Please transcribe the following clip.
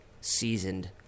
seasoned